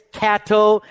cattle